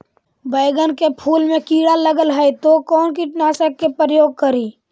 बैगन के फुल मे कीड़ा लगल है तो कौन कीटनाशक के प्रयोग करि?